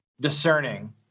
discerning